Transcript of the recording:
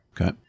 Okay